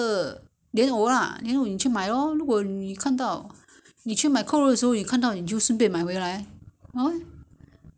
no I'm saying that the the the pork rib I have so you don't have to buy only the lotus root lotus root 那个莲藕莲藕你要买